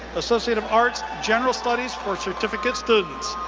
associate of arts, general studies for certificate students.